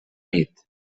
nit